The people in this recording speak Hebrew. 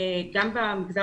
גם במגזר